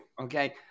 Okay